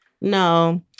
No